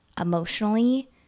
emotionally